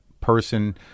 person